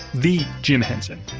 the jim henson.